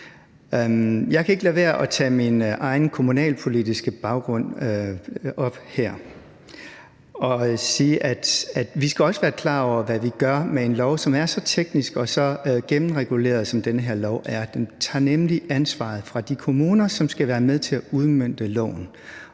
Jeg kan ikke lade være med at tage min egen kommunalpolitiske baggrund op her og sige, at vi også skal være klar over, hvad vi gør med en lov, som er så teknisk og så gennemreguleret, som den her lov er, for den tager nemlig ansvaret fra de kommuner, som skal være med til at udmønte loven,